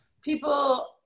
people